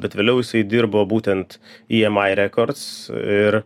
bet vėliau jisai dirbo būtent emi records ir